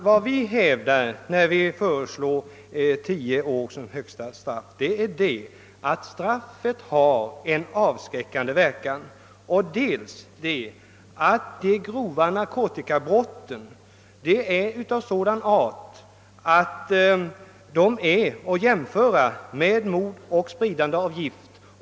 Vad vi hävdar när vi föreslår 10 år som högsta straff är att straffet har en avskräckande verkan och att de grova narkotikabrotten är av sådan art att de är jämförbara med mord och spridande av gift.